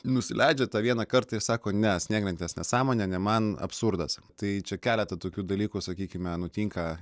nusileidžia tą vieną kartą ir sako ne snieglentės nesąmonė ne man absurdas tai čia keleta tokių dalykų sakykime nutinka